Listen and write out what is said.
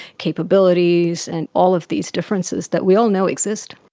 capabilities and all of these differences that we all know exist.